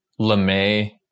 LeMay